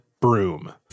broom